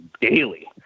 daily